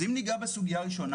אם ניגע בסוגיה הראשונה,